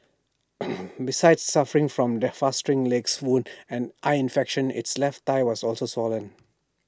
besides suffering from the festering legs wound and eye infection its left thigh was also swollen